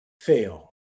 fail